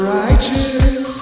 righteous